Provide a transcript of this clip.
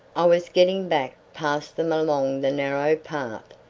i was getting back past them along the narrow path,